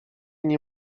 nie